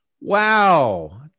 wow